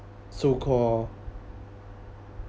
so called